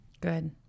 Good